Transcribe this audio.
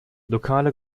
lokale